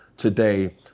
today